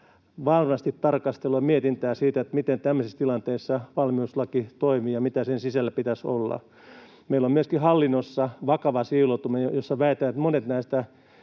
varmasti sen tarkastelua ja mietintää, miten tämmöisissä tilanteissa valmiuslaki toimii ja mitä sen sisällä pitäisi olla. Meillä on myöskin hallinnossa vakava siiloutuminen, ja väitän, että monet näistä